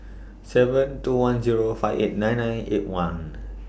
seven two one Zero five eight nine nine eight one